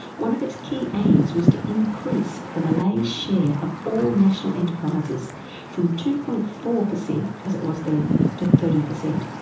one of its key aims was to increase the malays share of all national enterprises from two. four percent as it was then, to thirty percent.